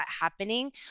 happening